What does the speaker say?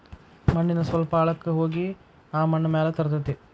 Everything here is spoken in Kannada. ಮಣ್ಣಿನ ಸ್ವಲ್ಪ ಆಳಕ್ಕ ಹೋಗಿ ಆ ಮಣ್ಣ ಮ್ಯಾಲ ತರತತಿ